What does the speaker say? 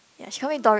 ya she call me Dory